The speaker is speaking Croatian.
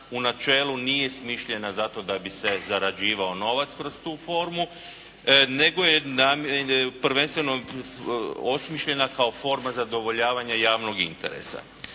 u načelu nije smišljena zato da bi se zarađivao novac kroz tu formu, nego je prvenstveno osmišljena kao forma zadovoljavanja javnog interesa.